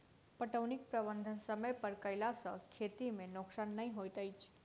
पटौनीक प्रबंध समय पर कयला सॅ खेती मे नोकसान नै होइत अछि